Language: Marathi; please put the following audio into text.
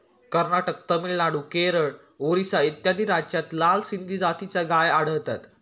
कर्नाटक, तामिळनाडू, केरळ, ओरिसा इत्यादी राज्यांत लाल सिंधी जातीची गाय आढळते